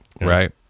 Right